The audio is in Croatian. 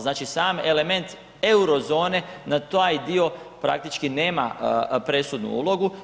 Znači sam element eurozone na taj dio praktički nema presudnu ulogu.